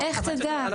איך תדע?